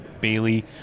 Bailey